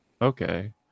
okay